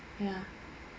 ya